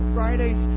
Fridays